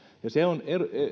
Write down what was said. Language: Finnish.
se on